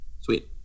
Sweet